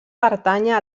pertànyer